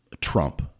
Trump